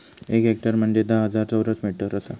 एक हेक्टर म्हंजे धा हजार चौरस मीटर आसा